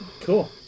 Cool